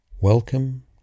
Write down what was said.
welcome